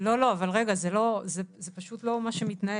לא, לא, אבל רגע, זה פשוט לא מה שמתנהל.